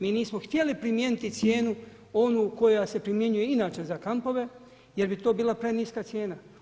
Mi nismo htjeli primijeniti cijenu onu koja se primjenjuje inače za kampove jer bi to bila preniska cijena.